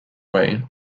way